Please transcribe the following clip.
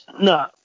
No